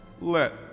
Let